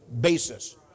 basis